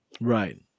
Right